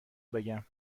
بگم